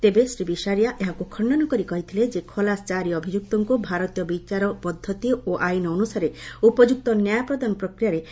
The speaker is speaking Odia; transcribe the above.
ତେବେ ଶ୍ରୀ ବିସାରିଆ ଏହାକୁ ଖଣ୍ଡନ କରି କହିଥିଲେ ଯେ ଖଲାସ ଚାରି ଅଭିଯୁକ୍ତଙ୍କୁ ଭାରତୀୟ ବିଚାରପଦ୍ଧତି ଓ ଆଇନ ଅନୁସାରେ ଉପଯୁକ୍ତ ନ୍ୟାୟ ପ୍ରଦାନ ପ୍ରକ୍ରିୟାରେ ଖଲାସ କରାଯାଇଛି